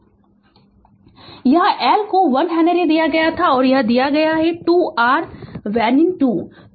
Refer Slide Time 2012 यहाँ L को 1 henry दिया गया है और यह दिया गया है कि 2 R वेनीन 2 है